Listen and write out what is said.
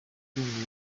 cyongereza